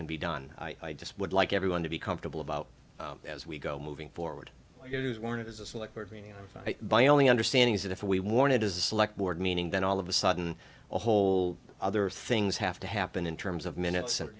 can be done i just would like everyone to be comfortable about as we go moving forward by only understanding is that if we warn it is a select board meeting then all of a sudden a whole other things have to happen in terms of minutes and